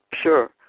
sure